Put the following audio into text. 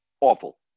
awful